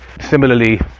Similarly